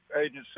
agency